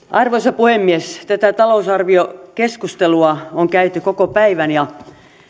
arvoisa puhemies tätä talousarviokeskustelua on käyty koko päivä ja